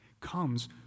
comes